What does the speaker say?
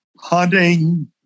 hunting